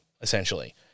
essentially